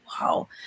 wow